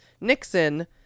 Nixon